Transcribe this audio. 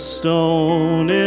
stone